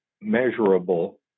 measurable